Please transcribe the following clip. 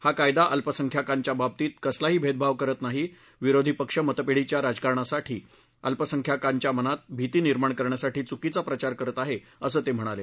हा कायदा अल्पसंख्याकांच्या बाबतीत कसालाही भेदभाव करत नाही विरोधी पक्ष मतपेढीच्या राजकारणासाठी अल्पसंख्याकांच्या मनात भिती निर्माण करण्यासाठी चुकीचा प्रचार करत आहेत असं ते म्हणाले